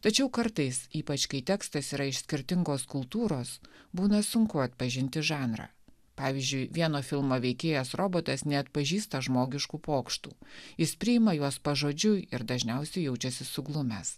tačiau kartais ypač kai tekstas yra iš skirtingos kultūros būna sunku atpažinti žanrą pavyzdžiui vieno filmo veikėjas robotas neatpažįsta žmogiškų pokštų jis priima juos pažodžiui ir dažniausiai jaučiasi suglumęs